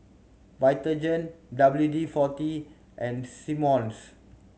Vitagen W D Forty and Simmons